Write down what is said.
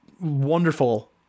wonderful